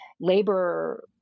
labor